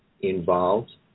involved